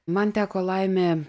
man teko laimė